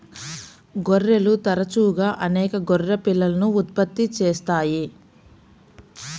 గొర్రెలు తరచుగా అనేక గొర్రె పిల్లలను ఉత్పత్తి చేస్తాయి